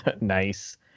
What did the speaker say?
nice